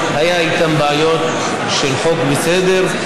שהיו איתם בעיות של חוק וסדר,